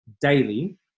daily